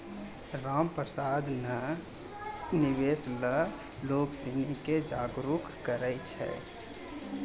रामप्रसाद ने निवेश ल लोग सिनी के जागरूक करय छै